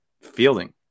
Fielding